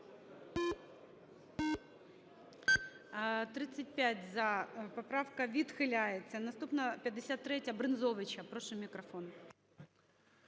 За-35 Поправка відхиляється. Наступна 53-я, Брензовича. Прошу мікрофон.